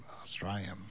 Australian